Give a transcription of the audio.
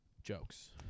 Jokes